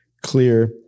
clear